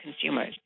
consumers